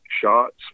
Shots